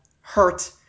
Hurt